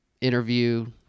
interview